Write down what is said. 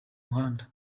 umuhanda